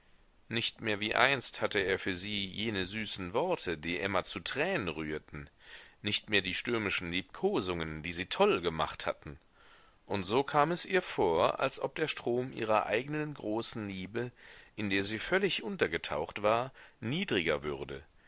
nicht mehr wie einst hatte er für sie jene süßen worte die emma zu tränen rührten nicht mehr die stürmischen liebkosungen die sie toll gemacht hatten und so kam es ihr vor als ob der strom ihrer eignen großen liebe in der sie völlig untergetaucht war niedriger würde